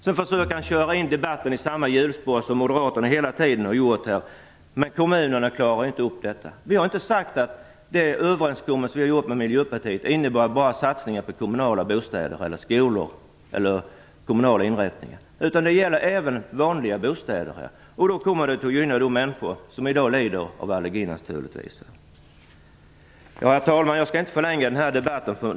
Sedan försöker han köra in debatten i samma hjulspår som moderaterna har gjort hela tiden och säger att kommunerna inte klarar upp detta. Vi har inte sagt att den överenskommelse vi har gjort med Miljöpartiet innebär enbart satsningar på kommunala bostäder, skolor eller andra kommunala inrättningar. Det gäller även andra bostäder. Det kommer då att gynna människor som i dag lider av allergi. Herr talman! Jag skall inte förlänga denna debatt.